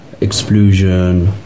explosion